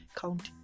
county